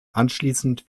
anschließend